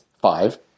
five